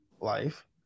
life